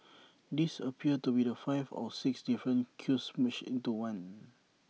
there appears to be five or six different queues merged into one